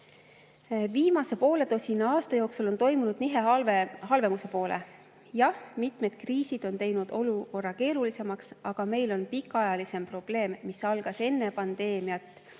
Viimase poole tosina aasta jooksul on toimunud nihe halvemuse poole. Jah, mitmed kriisid on teinud olukorra keerulisemaks, aga meil on pikaajalisem probleem, mis algas enne pandeemiat,